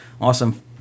Awesome